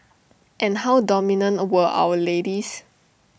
and how dominant were our ladies